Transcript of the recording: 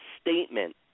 statement